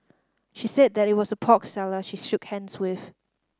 she said that it was a pork seller she shook hands with